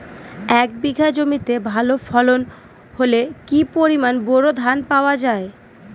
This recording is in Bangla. এক বিঘা জমিতে ভালো ফলন হলে কি পরিমাণ বোরো ধান পাওয়া যায়?